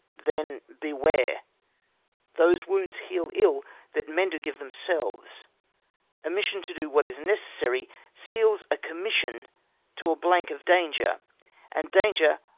then, beware those wounds heal ill that men do give themselves omission to do what is necessary seals a commission to a blank of danger and danger,